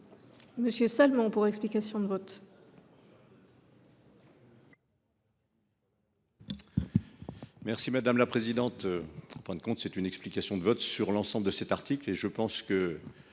Daniel Salmon, pour explication de vote.